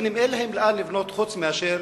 הפלסטינים אין להם היכן לבנות חוץ מאשר